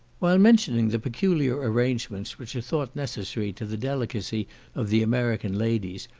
while mentioning the peculiar arrangements which are thought necessary to the delicacy of the american ladies,